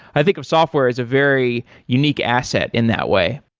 i think of software as a very unique asset in that way.